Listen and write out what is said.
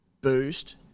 boost